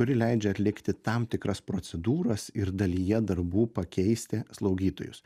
kuri leidžia atlikti tam tikras procedūras ir dalyje darbų pakeisti slaugytojus